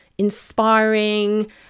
inspiring